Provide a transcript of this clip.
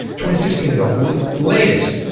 twenty six being the latest. ah